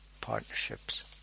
partnerships